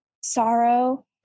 sorrow